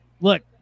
Look